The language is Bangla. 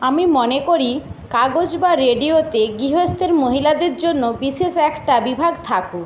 আমি মনে করি কাগজ বা রেডিওতে গৃহস্থের মহিলাদের জন্য বিশেষ একটা বিভাগ থাকুক